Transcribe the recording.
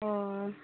अ